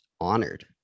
honored